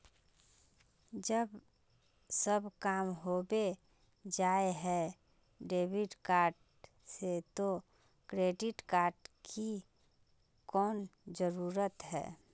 जब सब काम होबे जाय है डेबिट कार्ड से तो क्रेडिट कार्ड की कोन जरूरत है?